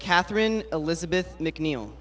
katherine elizabeth mcneil